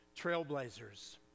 trailblazers